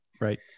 Right